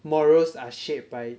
morals are shaped by